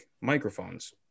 Microphones